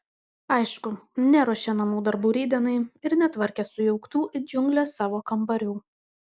aišku neruošė namų darbų rytdienai ir netvarkė sujauktų it džiunglės savo kambarių